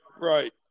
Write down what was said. Right